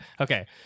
Okay